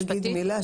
רק אגיד מילה,